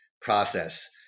process